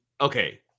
Okay